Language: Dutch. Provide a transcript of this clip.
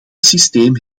systeem